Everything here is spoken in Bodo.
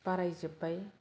बारायजोब्बाय